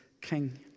king